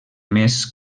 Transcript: més